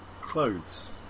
clothes